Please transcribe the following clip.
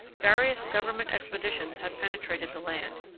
various government expeditions have penetrated the land.